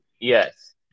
Yes